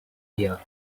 ear